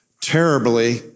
terribly